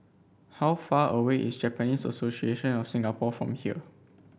how far away is Japanese Association of Singapore from here